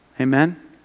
Amen